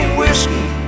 whiskey